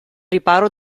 riparo